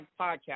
podcast